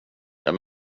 jag